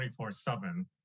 24-7